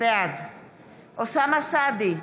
בעד אוסאמה סעדי,